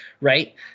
right